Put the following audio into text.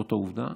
זאת העובדה.